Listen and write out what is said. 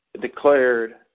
declared